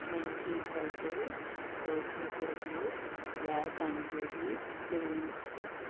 monkey puzzle goji berry black adzuki beans